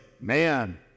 man